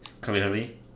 Clearly